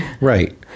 Right